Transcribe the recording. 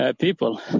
people